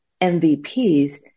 MVPs